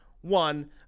one